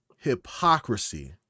hypocrisy